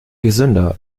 gesünder